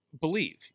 believe